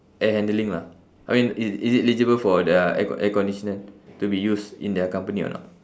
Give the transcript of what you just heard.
air handling lah I mean is is it eligible for their air air conditioner to be used in their company or not